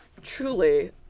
truly